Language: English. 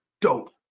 dope